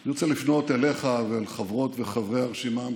אני רוצה לפנות אליך ואל חברות וחברי הרשימה המשותפת: